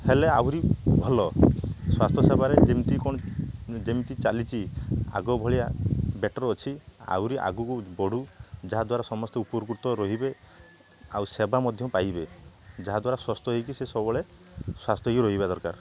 ହେଲେ ଆହୁରି ଭଲ ସ୍ୱାସ୍ଥ୍ୟ ସେବାରେ ଯେମିତି କ'ଣ ଯେମିତି ଚାଲିଛି ଆଗଭଳିଆ ବେଟର୍ ଅଛି ଆହୁରି ଆଗକୁ ବଢ଼ୁ ଯାହାଦ୍ୱାରା ସମସ୍ତେ ଉପକୃତ ରହିବେ ଆଉ ସେବା ମଧ୍ୟ ପାଇବେ ଯାହାଦ୍ୱାରା ସ୍ୱାସ୍ଥ୍ୟ ହେଇକି ସେ ସବୁବେଳେ ସ୍ୱାସ୍ଥ୍ୟ ହେଇକି ରହିବା ଦରକାର